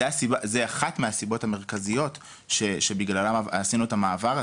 זו אחת מהסיבות המרכזיות שבגללן עשינו את המעבר הזה.